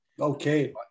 Okay